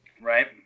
Right